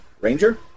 Ranger